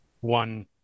One